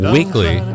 Weekly